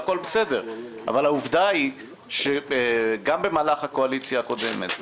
--- זה הכול בסדר אבל העובדה היא שגם במהלך הקואליציה הקודמת,